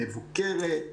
מבוקרת,